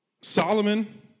Solomon